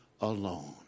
alone